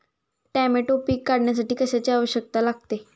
Tomato पीक काढण्यासाठी कशाची आवश्यकता लागते?